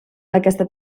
aquesta